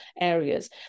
areas